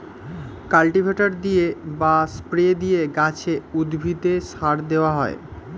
cultivator দিয়ে বা spray দিয়ে গাছে, উদ্ভিদে সার দেওয়া হয়